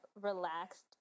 relaxed